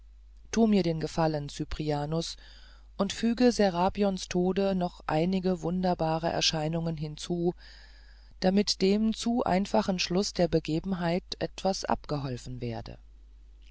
tu mir den gefallen cyprianus und füge serapions tode noch einige wunderbare erscheinungen hinzu damit dem zu einfachen schluß der begebenheit etwas aufgeholfen werde